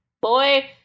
boy